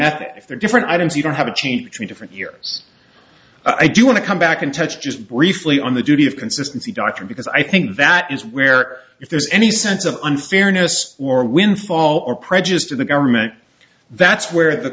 if they're different items you don't have to change me different years i do want to come back and touch just briefly on the duty of consistency doctor because i think that is where if there's any sense of unfairness or windfall or prejudiced of the government that's where the